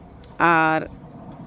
ᱟᱨ